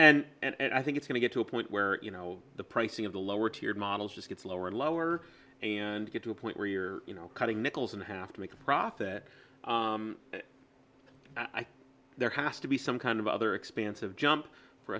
ok and i think it's gonna get to a point where you know the pricing of the lower tier models just gets lower and lower and get to a point where you're you know cutting nickels in half to make a profit i think there has to be some kind of other expansive jump for